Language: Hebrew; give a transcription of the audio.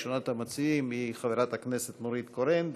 ראשונת המציעים היא חברת הכנסת נורית קורן,